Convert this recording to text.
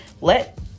let